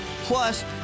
Plus